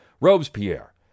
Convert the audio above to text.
Robespierre